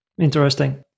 Interesting